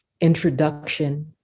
introduction